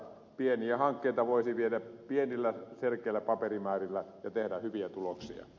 pieniä hankkeita voisi viedä pienillä selkeillä paperimäärillä ja tehdä hyviä tuloksia